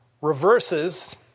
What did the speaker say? reverses